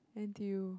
n_t_u